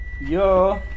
Yo